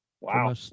Wow